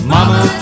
Mama